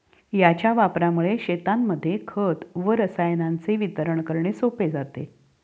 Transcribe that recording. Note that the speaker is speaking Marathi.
याच्या वापरामुळे शेतांमध्ये खत व रसायनांचे वितरण करणे सोपे जाते